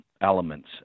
elements